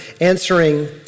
answering